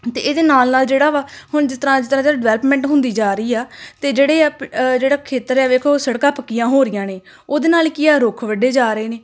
ਅਤੇ ਇਹਦੇ ਨਾਲ ਨਾਲ ਜਿਹੜਾ ਵਾ ਹੁਣ ਜਿਸ ਤਰ੍ਹਾਂ ਜਿਸ ਤਰ੍ਹਾਂ ਡਿਵੈਲਪਮੈਂਟ ਹੁੰਦੀ ਜਾ ਰਹੀ ਆ ਅਤੇ ਜਿਹੜੇ ਜਿਹੜਾ ਖੇਤਰ ਆ ਦੇਖੋ ਸੜਕਾਂ ਪੱਕੀਆਂ ਹੋ ਰਹੀਆਂ ਨੇ ਉਹਦੇ ਨਾਲ ਕੀ ਆ ਰੁੱਖ ਵੱਢੇ ਜਾ ਰਹੇ ਨੇ